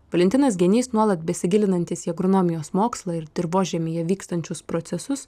valentinas genys nuolat besigilinantis į agronomijos mokslą ir dirvožemyje vykstančius procesus